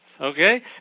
okay